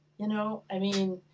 you know, i mean,